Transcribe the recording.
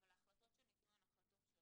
אבל ההחלטות שניתנו הן החלטות שונות?